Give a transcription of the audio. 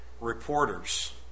reporters